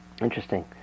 Interesting